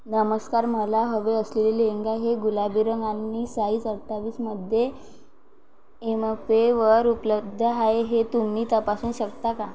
नमस्कार मला हवे असलेले लेंगा हे गुलाबी रंग आणि साईज अठ्ठावीसमध्ये एमपेवर उपलब्ध आहे हे तुम्ही तपासू शकता का